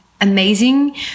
amazing